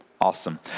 Awesome